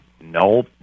No